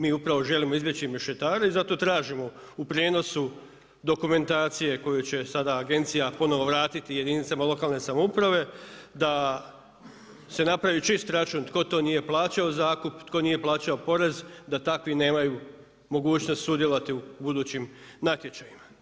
Mi upravo želimo izbjeći mešetare i zato tražimo u prijenosu dokumentacije koju će sada agencija ponovno vratiti jedinicama lokalne samouprave da se napravi čist račun tko to nije plaćao zakup, tko nije plaćao porez, da takvi nemaju mogućnost sudjelovati u budućim natječajima.